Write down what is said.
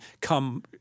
come